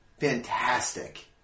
fantastic